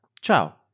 Ciao